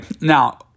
now